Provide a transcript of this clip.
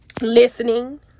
listening